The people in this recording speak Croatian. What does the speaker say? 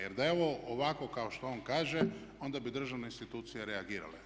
Jer da je ovo ovako kao što on kaže onda bi državne institucije reagirale.